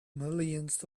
millions